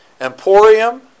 emporium